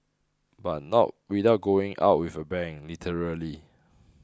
but not without going out with a bang literally